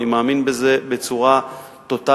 אני מאמין בזה בצורה טוטלית.